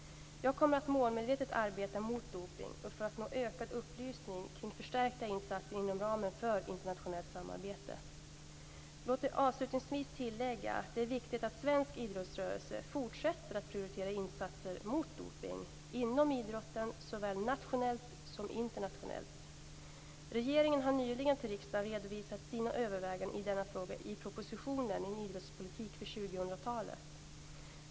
Jag kommer att målmedvetet arbeta mot dopning och för att nå ökad uppslutning kring förstärkta insatser inom ramen för internationellt samarbete. Låt mig avslutningsvis tillägga att det är viktigt att svensk idrottsrörelse fortsätter att prioritera insatser mot dopning inom idrotten såväl nationellt som internationellt. Regeringen har nyligen för riksdagen redovisat sina överväganden i denna fråga i propositionen En idrottspolitik för 2000-talet .